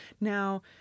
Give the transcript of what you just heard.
Now